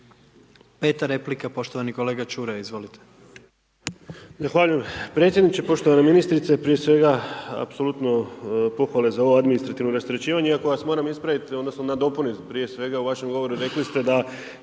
5. replika, poštovani kolega Čuraj, izvolite. **Čuraj, Stjepan (HNS)** Zahvaljujem predsjedniče, poštovana ministrice. Prije svega, apsolutno pohvale za ovo administrativno rasterećivanje iako vas moram ispraviti, odnosno, nadopuniti prije svega u vašem govoru, rekli ste da